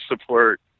support